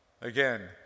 Again